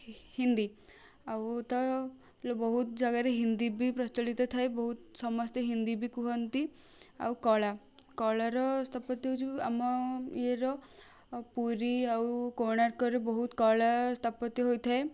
ହିନ୍ଦୀ ଆଉ ତ ବହୁତ ଜାଗାରେ ହିନ୍ଦୀ ବି ପ୍ରଚଳିତ ଥାଏ ବହୁତ ସମସ୍ତେ ହିନ୍ଦୀ ବି କୁହନ୍ତି ଆଉ କଳା କଳାର ସ୍ଥାପତ୍ୟ ହେଉଛି ଆମ ଇଏର ପୁରୀ ଆଉ କୋଣାର୍କରେ ବହୁତ କଳା ସ୍ଥାପତ୍ୟ ହୋଇଥାଏ